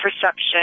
perception